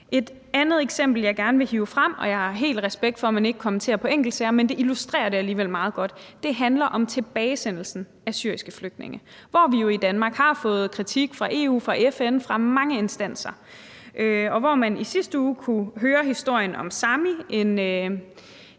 Et andet eksempel, jeg gerne vil hive frem – og jeg har helt respekt for, at man ikke kommenterer på enkeltsager, men det illustrerer det alligevel meget godt – handler om tilbagesendelsen af syriske flygtninge, hvor vi jo i Danmark har fået kritik fra EU, fra FN, fra mange instanser. Her kunne man i sidste uge høre historien om Sami,